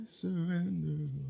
surrender